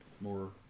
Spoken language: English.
more